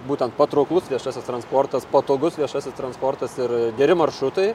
būtent patrauklus viešasis transportas patogus viešasis transportas ir geri maršrutai